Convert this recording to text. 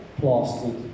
plastered